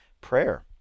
prayer